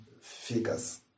figures